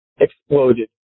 exploded